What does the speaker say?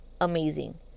amazing